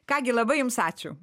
ką gi labai jums ačiū